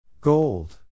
Gold